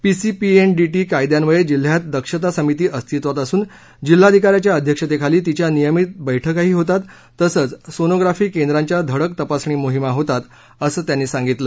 PCPNDT कायद्यान्वये जिल्ह्यात दक्षता समिती अस्तित्वात असून जिल्हाधिका च्या अध्यक्षतेखाली तिच्या नियमित बस्क्राही होतात तसंच सोनोग्राफी केंद्राच्या धडक तपासणी मोहिमा होतात असं त्यांनी सांगितलं